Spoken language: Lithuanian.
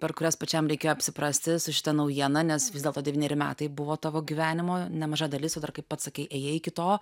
per kurias pačiam reikėjo apsiprasti su šita naujiena nes vis dėlto devyneri metai buvo tavo gyvenimo nemaža dalis o dar kaip pats sakei ėjai iki to